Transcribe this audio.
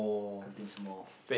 contains more